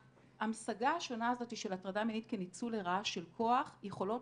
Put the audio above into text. להמשגה השונה הזאת של הטרדה מינית כניצול לרעה של כוח יכולות